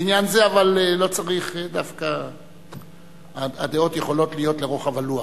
לעניין זה, אבל הדעות יכולות להיות לרוחב הלוח.